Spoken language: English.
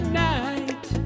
night